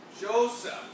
Joseph